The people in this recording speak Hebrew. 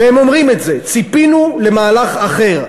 והם אומרים את זה: ציפינו למהלך אחר.